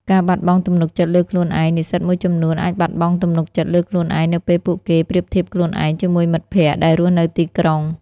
ការបាត់បង់ទំនុកចិត្តលើខ្លួនឯងនិស្សិតមួយចំនួនអាចបាត់បង់ទំនុកចិត្តលើខ្លួនឯងនៅពេលពួកគេប្រៀបធៀបខ្លួនឯងជាមួយមិត្តភ័ក្តិដែលរស់នៅទីក្រុង។